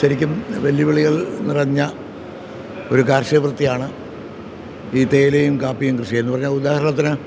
ശരിക്കും വെല്ലുവിളികൾ നിറഞ്ഞ ഒരു കാർഷികവൃത്തിയാണ് ഈ തേയിലയും കാപ്പിയും കൃഷി എന്ന് പറഞ്ഞാൽ ഉദാഹരണത്തിന്